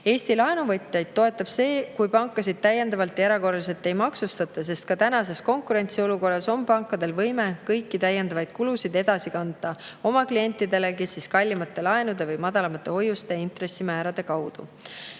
Eesti laenuvõtjaid toetab see, kui pankasid täiendavalt ja erakorraliselt ei maksustata, sest ka praeguses konkurentsiolukorras on pankadel võimalus kanda täiendavaid kulusid edasi oma klientidele kas kallimate laenude või hoiuste madalamate intressimäärade kaudu.